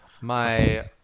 my-